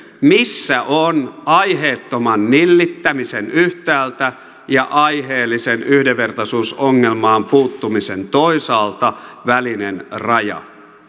missä on yhtäältä aiheettoman nillittämisen ja toisaalta aiheellisen yhdenvertaisuusongelmaan puuttumisen välinen raja